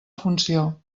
funció